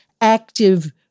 active